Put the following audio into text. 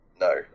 No